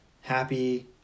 happy